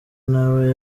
nawe